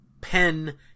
pen